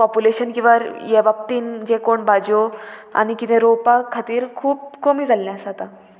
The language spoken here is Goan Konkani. पोपुलेशन किंवां हे बाबतीन जे कोण भाजयो आनी कितें रोंवपा खातीर खूब कमी जाल्लें आसा आतां